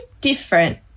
different